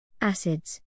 Acids